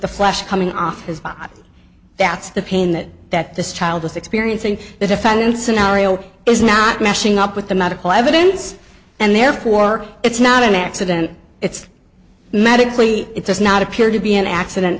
the flash coming off because that's the pain that that this child was experiencing the defendant scenario is not matching up with the medical evidence and therefore it's not an accident it's medically it does not appear to be an accident